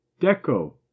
DECO